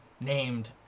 named